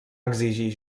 exigir